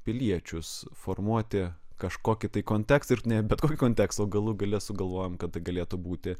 piliečius formuoti kažkokį tai kontekstą ir ne bet kokį kontekstą o galų gale sugalvojam kad tai galėtų būti